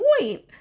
point